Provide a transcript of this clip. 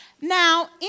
Now